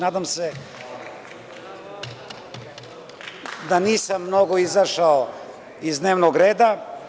Nadam se da nisam mnogo izašao iz dnevnog reda.